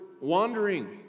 wandering